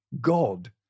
God